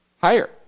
higher